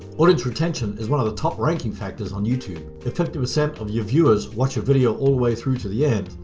audience retention is one of the top ranking factors on youtube. effective ascent of your viewers watch your video all the way through to the end.